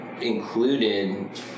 included